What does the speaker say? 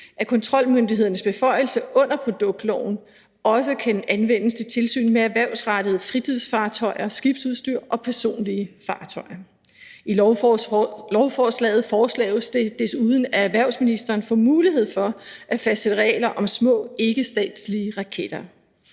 at kontrolmyndighedernes beføjelse under produktloven også kan anvendes til tilsyn med erhvervsrettede fritidsfartøjer, skibsudstyr og personlige fartøjer. I lovforslaget foreslås det desuden, at erhvervsministeren får mulighed for at fastsætte regler om små ikkestatslige raketter.